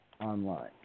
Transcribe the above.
online